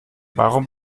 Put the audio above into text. warum